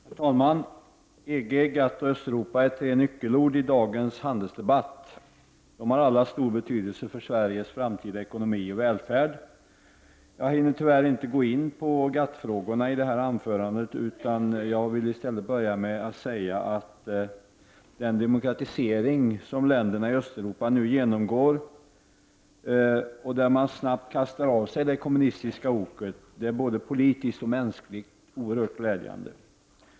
Herr talman! EG, GATT och Östeuropa är tre nyckelord i dagens handelsdebatt. De har alla stor betydelse för Sveriges framtida ekonomi och välfärd. Jag hinner tyvärr inte gå in på GATT-frågorna i detta anförande. Jag vill i stället börja med att säga att den demokratisering som länderna i Östeuropa nu genomgår och där man snabbt kastar av sig det kommunistiska oket är både politiskt och mänskligt oerhört glädjande.